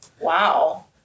wow